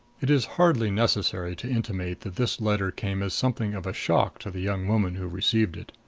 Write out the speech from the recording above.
it is hardly necessary to intimate that this letter came as something of a shock to the young woman who received it.